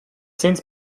since